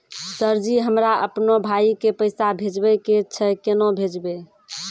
Sir ji हमरा अपनो भाई के पैसा भेजबे के छै, केना भेजबे?